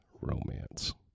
romance